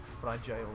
fragile